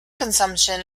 consumption